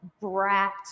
brat